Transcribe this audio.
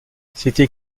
c’était